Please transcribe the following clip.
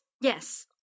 Yes